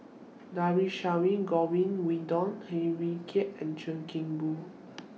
Dhershini Govin Winodan Heng Swee Keat and Chuan Keng Boon